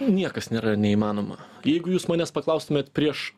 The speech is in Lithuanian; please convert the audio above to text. niekas nėra neįmanoma jeigu jūs manęs paklaustumėt prieš